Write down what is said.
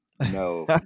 No